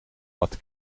wat